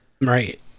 Right